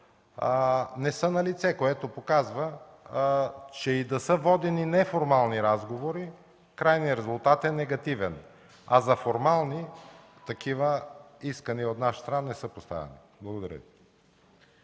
не са налице. Това показва, че и да са водени неформални разговори, крайният резултат е негативен. А за формални, такива искания от наша страна не са поставяни. Благодаря.